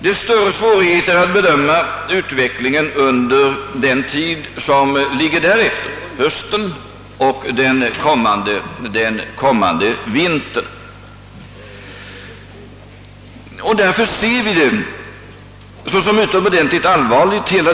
Det är svårare att bedöma utvecklingen för den tid som kommer därefter, hösten och den kommande vintern. Vi ser hela det problem vi står inför såsom utomordentligt allvarligt.